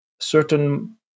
certain